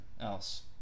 else